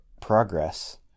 progress